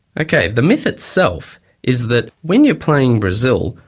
ok, the myth itself is that when you're playing brazil,